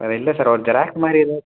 இல்லை சார் ஒரு ஜெராக்ஸ் மாதிரி ஏதா